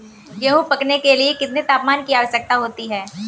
गेहूँ पकने के लिए कितने तापमान की आवश्यकता होती है?